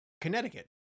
Connecticut